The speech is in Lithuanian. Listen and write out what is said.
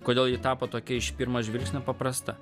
kodėl ji tapo tokia iš pirmo žvilgsnio paprasta